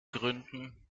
gründen